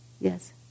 Yes